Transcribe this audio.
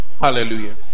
Hallelujah